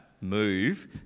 move